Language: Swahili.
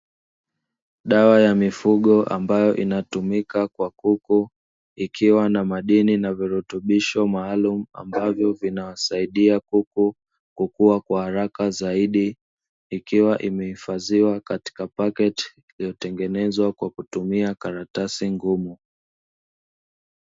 Dawa ya mifugo ambayo hutumika kwa kuku ikiwa na madini na virutubisho maalumu, ambavyo vinawasaidia kuku kukua kwa haraka zaidi ikiwa imehifadhiwa katika paketi iliyotengenezwa kwa kutumia karatasi ngumu.